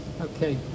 Okay